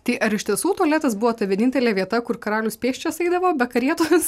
tai ar iš tiesų tualetas buvo ta vienintelė vieta kur karalius pėsčias eidavo be karietos